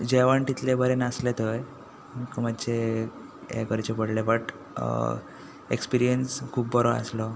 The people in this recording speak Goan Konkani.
जेवण तितलें बरें नासलें थंय आमकां मातशें हें करचे पडले बट एक्सपिर्यन्स खूब बरो आसलो